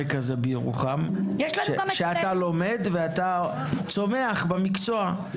כזה בירוחם - לומדות וצומחות במקצוע.